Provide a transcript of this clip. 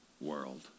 world